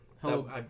Hello